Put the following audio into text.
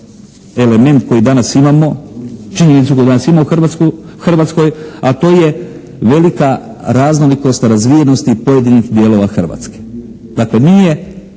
element koji danas imamo, činjenicu koju danas imamo u Hrvatskoj, a to je velika raznolikost, razvijenost pojedinih dijelova Hrvatske. Dakle nije,